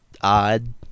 odd